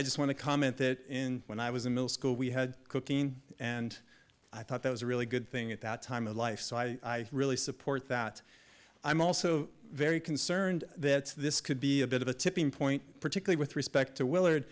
i just want to comment that in when i was in middle school we had cooking and i thought that was a really good thing at that time of life so i really support that i'm also very concerned that this could be a bit of a tipping point particularly with respect to willard